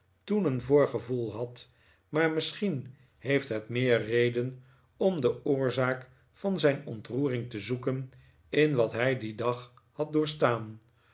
toen een voorgevoel had maar misschien heeft het meer reden om de oorzaak van zijn ontroering te zoeken in wat hij dien dag had doorstaan